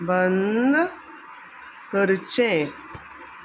बंद करचें